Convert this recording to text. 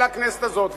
אל הכנסת הזאת,